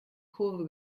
kurve